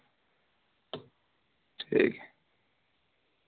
ठीक